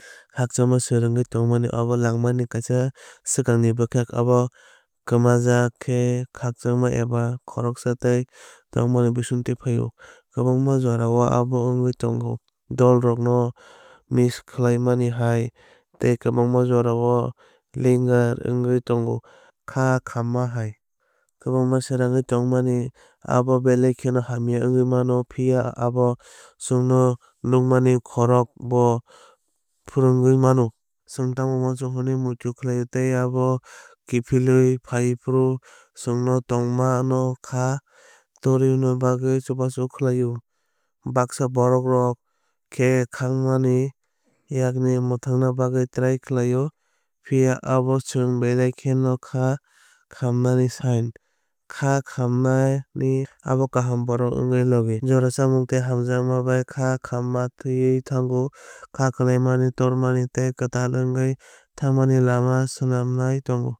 Khakchangma srangwi tongmani abo langmani kaisa swkangni bwkhak. Abo kwmajak khe khakchang eba khoroksa tei tongmani bisingtwi phaio. Kwbangma jorao abo wngwui tongo dolrok no miss khlaimani hai tei kwbangma jorao linger wngwi tongo kha khamma hai. Kwbangma srangwi tongmani abo belai kheno hamya wngwi mano phiya abo chwngno nwngmani khorokbo phwrwngwi mano. Chwng tamo uansuk hwnwi muitu khlaio tei abo kiphilwi phaiphuru chwngno tongma no khá torwna bagwi chubachu khlaio. Baksa borokrok khe khangmani yakni mwthangna bagwi try khlaio phiya abo chwng belai kheno kha khammani sign. Kha khammani abo kaham abo borok wngmani logi. Jora chubamung tei hamjakma bai kha khamma thwiwi thango kha khlaimani tormani tei kwtal wngwi thangmani lama swnamnai tongo.